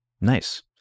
Nice